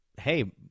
hey